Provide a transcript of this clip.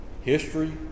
history